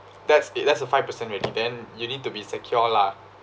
that's a that's a five percent already then you need to be secure lah